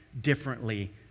differently